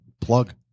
Plug